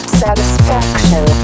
satisfaction